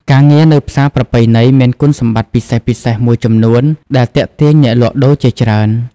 ការងារនៅផ្សារប្រពៃណីមានគុណសម្បត្តិពិសេសៗមួយចំនួនដែលទាក់ទាញអ្នកលក់ដូរជាច្រើន។